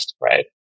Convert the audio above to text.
right